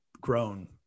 grown